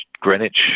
Greenwich